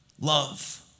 Love